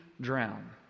drown